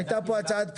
היתה פה הצעת פשרה.